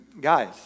Guys